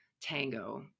tango